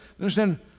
understand